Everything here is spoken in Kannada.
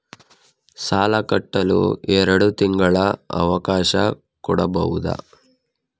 ಸಾಲ ಕಟ್ಟಲು ಎರಡು ತಿಂಗಳ ಅವಕಾಶ ಕೊಡಬಹುದಾ?